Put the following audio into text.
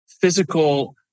physical